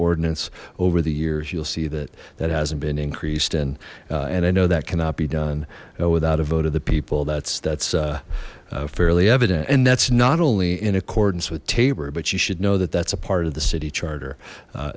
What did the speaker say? ordinance over the years you'll see that that hasn't been increased and and i know that cannot be done without a vote of the people that's that's fairly evident and that's not only in accordance with tabor but you should know that that's a part of the city charter